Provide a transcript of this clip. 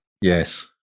Yes